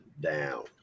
down